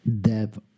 dev